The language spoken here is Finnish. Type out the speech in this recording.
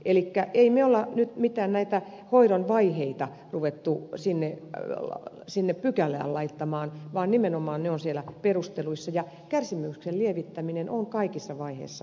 elikkä emme me ole nyt mitään hoidon vaiheita ruvenneet pykälään laittamaan vaan nimenomaan ne ovat siellä perusteluissa ja kärsimyksen lievittäminen on kaikissa vaiheissa hyvin tärkeää